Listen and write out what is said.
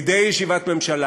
מדי ישיבת ממשלה,